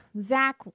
Zach